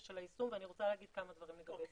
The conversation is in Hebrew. של היישום ואני רוצה להגיד כמה דברים לגבי זה,